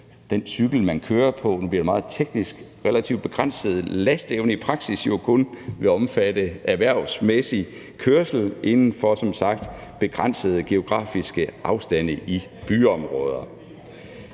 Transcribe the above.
den cykel, man kører på, fordi – nu bliver det meget teknisk – dens relativt begrænsede lasteevne i praksis jo kun vil omfatte erhvervsmæssig kørsel inden for som sagt begrænsede geografiske afstande i byområder.